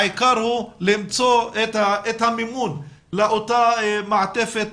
העיקר הוא למצוא את המימון לאותה מעטפת